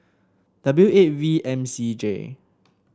W eight V M C J